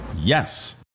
Yes